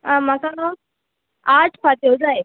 आ म्हाका न्हू आठ फात्यो जाय